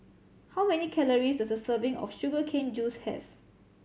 how many calories does a serving of sugar cane juice have